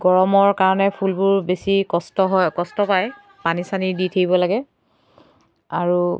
গৰমৰ কাৰণে ফুলবোৰ বেছি কষ্ট হয় কষ্ট পায় পানী চানী দি থাকিব লাগে আৰু